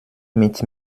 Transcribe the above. mit